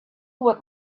what